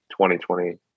2020